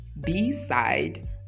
B-side